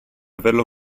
averlo